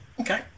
Okay